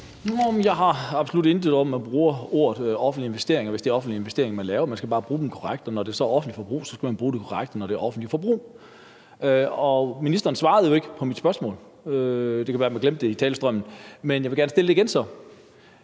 Jeg har absolut intet imod, at man bruger ordet offentlige investeringer, hvis det er offentlige investeringer, man laver. Man skal bare bruge dem korrekt, og når det så er offentligt forbrug, skal man bruge dem korrekt, altså når det er offentligt forbrug. Ministeren svarede jo ikke på mit spørgsmål. Det kan være, han glemte det i talestrømmen, men så vil jeg gerne stille det igen.